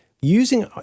using